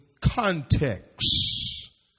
context